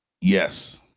Yes